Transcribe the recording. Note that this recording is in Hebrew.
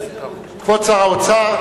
כבוד שר האוצר,